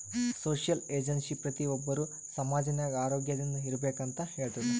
social agency ಪ್ರತಿ ಒಬ್ಬರು ಸಮಾಜ ನಾಗ್ ಆರೋಗ್ಯದಿಂದ್ ಇರ್ಬೇಕ ಅಂತ್ ಹೇಳ್ತುದ್